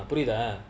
put it ah